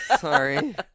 Sorry